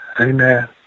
Amen